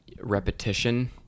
repetition